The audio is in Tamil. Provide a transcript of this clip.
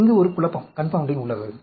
இங்கு ஒரு குழப்பம் உள்ளது